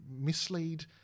mislead